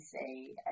say